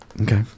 Okay